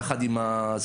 יחד עם הזה,